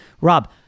Rob